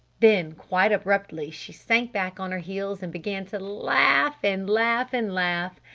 then quite abruptly she sank back on her heels and began to laugh and laugh and laugh.